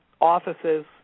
offices